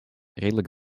redelijk